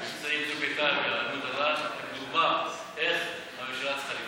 ומבצעי צוק איתן ועמוד ענן הם דוגמה איך הממשלה צריכה להתמודד.